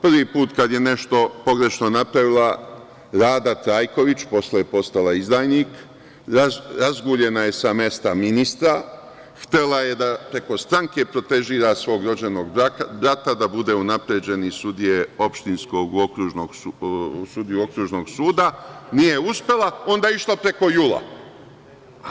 Prvi put kad je nešto pogrešno napravila Rada Trajković, posle je postala izdajnik, razguljena je sa mesta ministra, htela je da preko stranke protežira svog rođenog brata, da bude unapređen iz opštinskog sudije u sudiju okružnog suda, nije uspela, pa je onda išla preko JUL-a.